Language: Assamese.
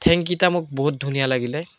ঠেংকেইটা মোৰ বহুত ধুনীয়া লাগিলে